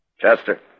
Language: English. Chester